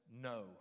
no